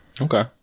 Okay